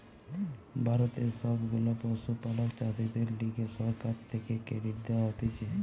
ভারতের সব গুলা পশুপালক চাষীদের লিগে সরকার থেকে ক্রেডিট দেওয়া হতিছে